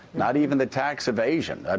not even the tax evasion. um